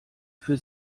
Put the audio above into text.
für